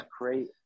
great